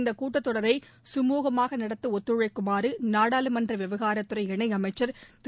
இந்தக் கூட்டத்தொடரை கமுகமாக நடத்த ஒத்துழைக்குமாறு நாடாளுமன்ற விவகாரத்துறை இணையமைச்சர் திரு